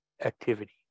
activity